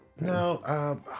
No